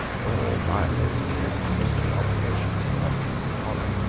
or violate the most sacred obligations of conscience and honour.